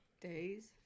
days